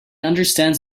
understands